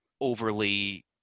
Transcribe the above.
overly